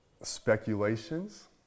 speculations